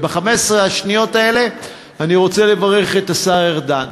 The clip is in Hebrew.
וב-15 השניות האלה אני רוצה לברך את השר ארדן,